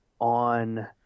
on